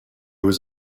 was